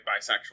bisexual